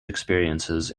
experiences